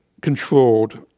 controlled